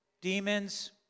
demons